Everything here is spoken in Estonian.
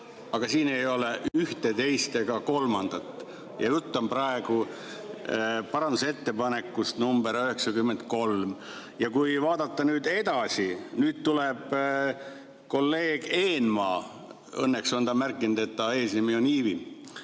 Aga siin ei ole ühte, teist ega kolmandat – jutt on praegu parandusettepanekust nr 93. Vaatame edasi. Nüüd tuleb kolleeg Eenmaa, õnneks on ta märkinud, et tema eesnimi on Ivi.